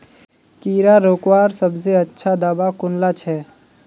कीड़ा रोकवार सबसे अच्छा दाबा कुनला छे?